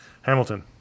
Hamilton